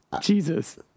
Jesus